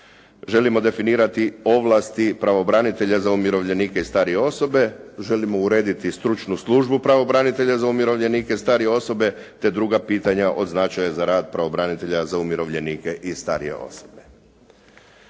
Želimo definirati ovlasti pravobranitelja za umirovljenike i starije osobe, želimo urediti stručnu službu pravobranitelja za umirovljenike i starije osobe te druga pitanja od značaja za rad pravobranitelja za umirovljenike i starije osobe.